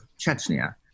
Chechnya